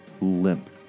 limp